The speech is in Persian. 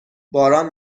باران